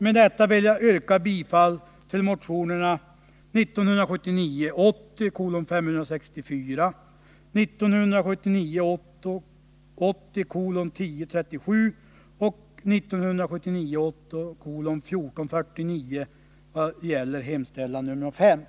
Med detta vill jag yrka bifall till motionerna 564 och 1037 samt till punkten 5 i hemställan i motion 1449.